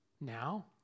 now